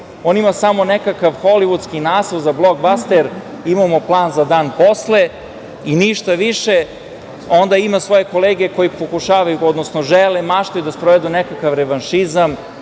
On ima samo nekakav holivudski naslov za blogbaster, imamo plan za dan posle i ništa više, onda ima svoje kolege koji pokušavaju, odnosno žele i maštaju da sprovedu nekakav revanšizam,